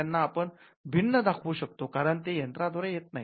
त्यांना आपण भिन्न दाखवू शकतो कारण ते यंत्राद्वारे येत नाही